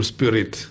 Spirit